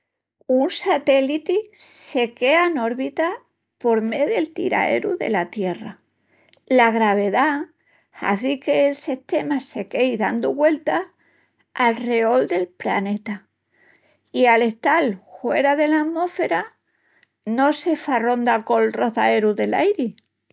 Un satéliti se quea en órbita por mé del tiraeru dela Tierra, la gravedá hazi que'l sistema se quei dandu güeltas alreol del praneta, i al estal huera dela amósfera no se farronda col roçaeru del airi.